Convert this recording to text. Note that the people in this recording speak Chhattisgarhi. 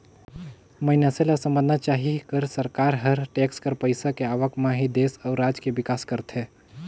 मइनसे ल समझना चाही कर सरकार हर टेक्स कर पइसा के आवक म ही देस अउ राज के बिकास करथे